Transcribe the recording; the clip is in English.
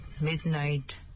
midnight